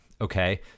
okay